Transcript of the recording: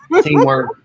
teamwork